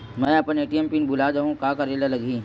मैं अपन ATM pin भुला जहु का करे ला लगही?